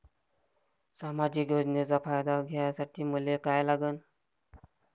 सामाजिक योजनेचा फायदा घ्यासाठी मले काय लागन?